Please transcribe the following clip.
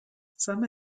some